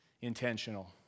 intentional